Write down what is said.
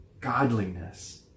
godliness